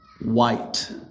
White